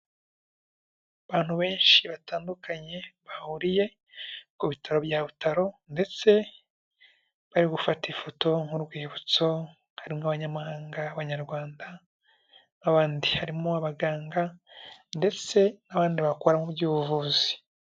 Abantu benshi batandukanye, bahuriye ku bitaro bya Butaro ndetse bari gufata ifoto nk'urwibutso, harimo abanyamahanga, abanyarwanda n'abandi harimo abaganga ndetse n'abandi bakora mu by'ubuvuzi.